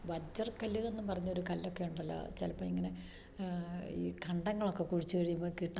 വജ്രക്കല്ല്കൾ എന്ന് പറഞ്ഞ ഒരു കല്ലൊക്കെ ഉണ്ടല്ലോ ചിലപ്പം ഇങ്ങനെ ഈ കണ്ടങ്ങളൊക്കെ കുഴിച്ച് കഴിയുമ്പം കിട്ടാറുണ്ട്